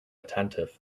attentive